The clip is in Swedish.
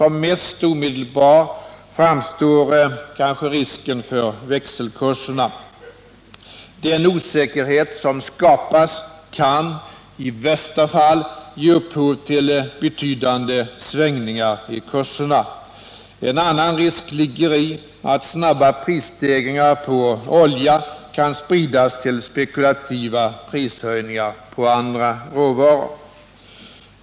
Som mest omedelbar framstår kanske risken för växelkurserna. Den osäkerhet som skapas kan i bästa fall ge upphov till betydande svängningar i kurserna. En annan risk ligger i att snabba prisstegringar på olja kan spridas till spekulativa prishöjningar på andra råvaror.